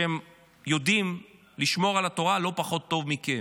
שהם יודעים לשמור על התורה לא פחות טוב מכם.